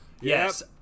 yes